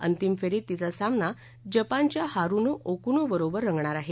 अतिम फेरीत तिचा सामना जपानच्या हारुनो ओकुनो बरोबर राप्राार आहे